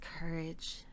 courage